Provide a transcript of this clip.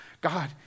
God